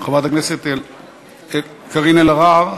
חברת הכנסת קארין אלהרר.